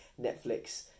Netflix